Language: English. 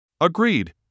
Agreed